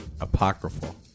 Apocryphal